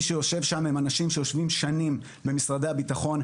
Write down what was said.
ומי שיושב שם זה אנשים שיושבים שנים במשרד הביטחון,